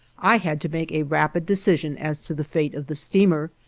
i had to make a rapid decision as to the fate of the steamer,